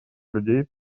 людей